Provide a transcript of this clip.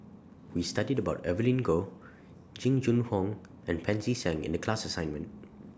We studied about Evelyn Goh Jing Jun Hong and Pancy Seng in The class assignment